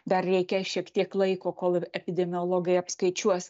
dar reikia šiek tiek laiko kol ir epidemiologai apskaičiuos